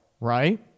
right